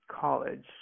college